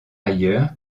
ailleurs